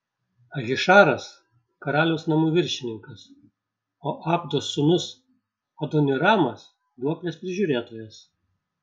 ahišaras karaliaus namų viršininkas o abdos sūnus adoniramas duoklės prižiūrėtojas